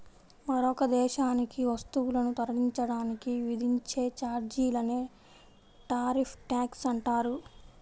మరొక దేశానికి వస్తువులను తరలించడానికి విధించే ఛార్జీలనే టారిఫ్ ట్యాక్స్ అంటారు